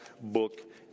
book